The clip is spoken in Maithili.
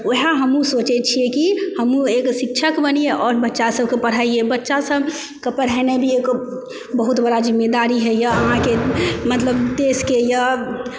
वएह हमहु सोचै छियै कि हमहु एक शिक्षक बनियै आओर बच्चा सबके पढ़ैयै आओर बच्चा सबके पढ़ेनाइ भी एगो बहुत बड़ा जिम्मेदारी होइ यऽ अहाँके मतलब देशके यऽ